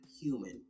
human